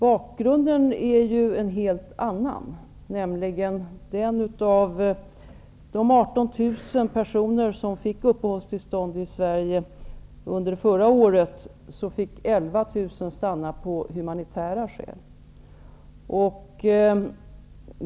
Bakgrunden är ju en helt annan, nämligen att av de 18 000 personer som fick uppehållstillstånd i Sverige under förra året fick 11 000 stanna av humanitära skäl.